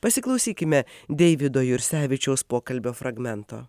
pasiklausykime deivido jursevičiaus pokalbio fragmento